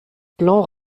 plan